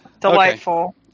Delightful